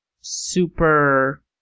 super